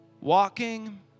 walking